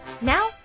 Now